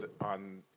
on